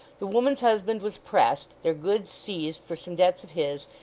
the woman's husband was pressed, their goods seized for some debts of his,